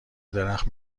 درخت